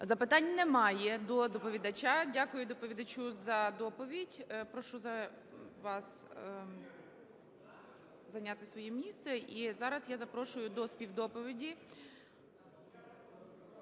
Запитань немає до доповідача. Дякую доповідачу за доповідь. Прошу вас зайняти своє місце. І зараз я запрошую до співдоповіді...